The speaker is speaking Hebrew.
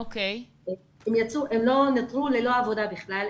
הן נותרו ללא עבודה בכלל,